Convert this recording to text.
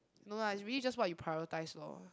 no lah is really just what you prioritise lor